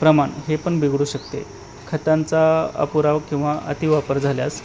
प्रमाण हे पण बिघडू शकते खतांचा अपुराव किंवा अति वापर झाल्यास